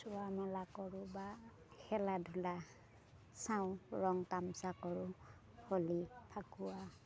চোৱা মেলা কৰোঁ বা খেলা ধূলা চাওঁ ৰং তামাচা কৰোঁ হোলি ফাকুৱা